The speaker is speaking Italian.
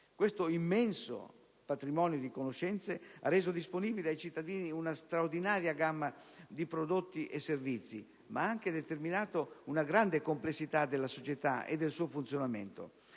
Questo immenso patrimonio di conoscenze ha reso disponibile ai cittadini una straordinaria gamma di prodotti e servizi, ma ha anche determinato una grande complessità della società e del suo funzionamento.